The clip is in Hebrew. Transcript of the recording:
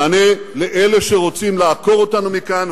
מענה לאלה שרוצים לעקור אותנו מכאן,